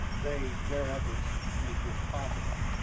they their efforts make this possible.